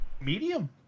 medium